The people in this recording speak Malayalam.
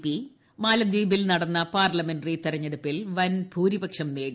പി മാലെദ്വീപിൽ നടന്ന പാർലമെന്ററി ത്തെരഞ്ഞെടുപ്പിൽ വൻ ഭൂരിപക്ഷം നേടി